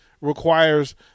requires